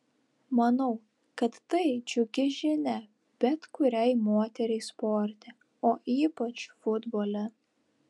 manau kad tai džiugi žinia bet kuriai moteriai sporte o ypač futbole